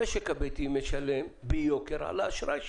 המשק הביתי משלם ביוקר על האשראי שלו.